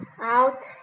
out